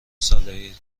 صالحی